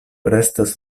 restas